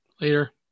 Later